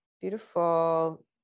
beautiful